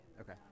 Okay